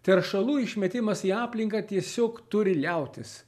teršalų išmetimas į aplinką tiesiog turi liautis